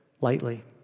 lightly